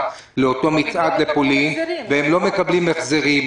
למצעד בפולין והם לא מקבלים החזרים,